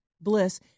bliss